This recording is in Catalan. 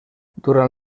durant